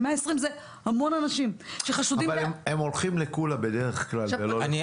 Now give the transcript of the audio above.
120 אנשים שחשודים זה המון אנשים.